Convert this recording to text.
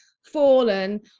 fallen